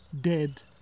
dead